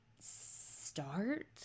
start